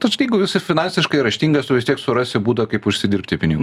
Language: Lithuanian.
tu sakai jeigu esi finansiškai raštingas tu vis tiek surasi būdą kaip užsidirbti pinigų